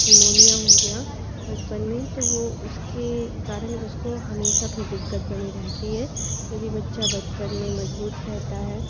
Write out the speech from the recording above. pneumonia हो गया बचपन में तो वह उसके कारण उसको हमेशा फिर दिक्कत बनी रहती है यदि बच्चा बचपन में मजबूत रहता है